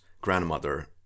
grandmother